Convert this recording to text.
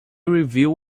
review